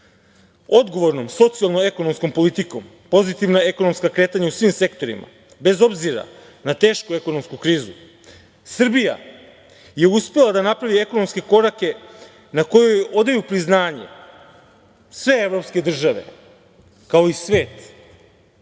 socijalno ekonomskom politikom pozitivna ekonomska kretanja u svim sektorima, bez obzira na tešku ekonomsku krizu, Srbija je uspela da napravi ekonomske korake na kojoj odaju priznanje sve evropske države, kao i svet,